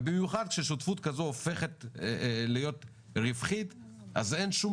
ובמיוחד ששותפות כזו הופכת להיות רווחית אז אין שום